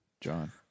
John